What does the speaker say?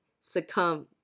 succumb